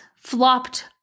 Flopped